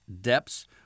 depths